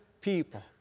people